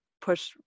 push